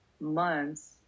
months